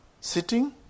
sitting